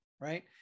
right